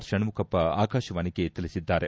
ಷಣ್ಮಖಪ್ಪ ಆಕಾಶವಾಣಿಗೆ ತಿಳಿಸಿದ್ದಾರೆ